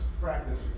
practice